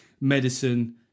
medicine